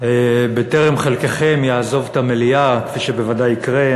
בטרם חלקכם יעזוב את המליאה כפי שבוודאי יקרה,